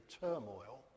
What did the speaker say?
turmoil